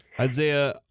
Isaiah